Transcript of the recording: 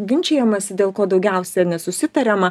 ginčijamasi dėl ko daugiausia nesusitariama